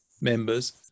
members